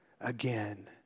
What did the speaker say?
again